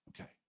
Okay